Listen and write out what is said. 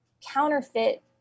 counterfeit